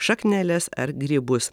šakneles ar grybus